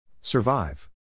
Survive